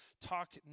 talk